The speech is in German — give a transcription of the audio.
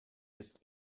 ist